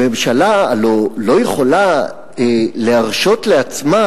הממשלה הלוא לא יכולה להרשות לעצמה,